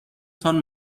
تان